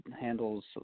handles